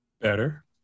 Better